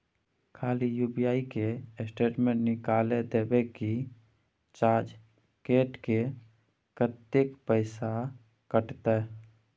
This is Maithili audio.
खाली यु.पी.आई के स्टेटमेंट निकाइल देबे की चार्ज कैट के, कत्ते पैसा कटते?